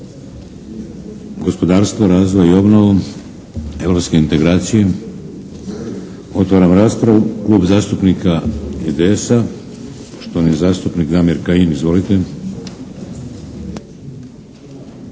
Gospodarstvo, razvoj i obnovu, europske integracije? Otvaram raspravu. Klub zastupnika IDS-a, poštovani zastupnik Damir Kajin. Izvolite.